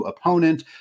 opponent